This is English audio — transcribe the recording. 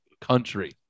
country